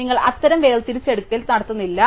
നിങ്ങൾ അത്തരം വേർതിരിച്ചെടുക്കൽ നടത്തുന്നില്ല